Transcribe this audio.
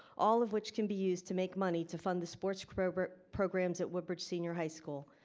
all of which can be used to make money to fund the sports programs programs at woodbridge senior high school.